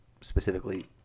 specifically